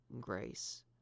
grace